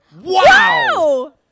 Wow